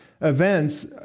events